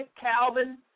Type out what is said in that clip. Calvin